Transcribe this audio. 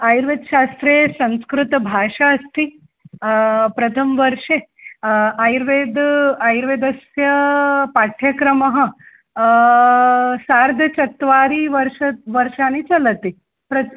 आयुर्वेदशास्त्रे संस्कृतभाषा अस्ति प्रथमवर्षे आयुर्वेदे आयुर्वेदस्य पाठ्यक्रमः सार्धचत्वारिवर्षं वर्षाणि चलति प्रत्